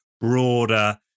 broader